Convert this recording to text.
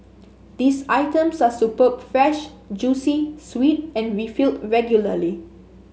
these items are superb fresh juicy sweet and refilled regularly